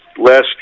last